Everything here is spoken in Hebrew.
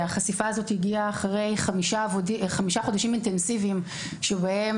החשיפה הזו הגיעה אחרי חמישה חודשים אינטנסיביים שבהם